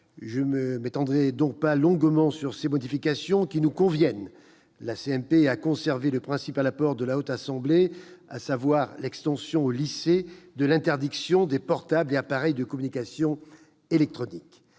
Je ne m'étendrai donc pas longuement sur ces modifications qui nous conviennent. La commission mixte paritaire a conservé le principal apport de la Haute Assemblée, à savoir l'extension aux lycées de l'interdiction des portables et appareils de communication électronique.